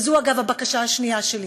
וזו, אגב, הבקשה השנייה שלי